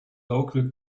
local